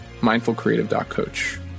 mindfulcreative.coach